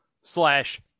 slash